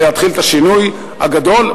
ולהתחיל את השינוי הגדול.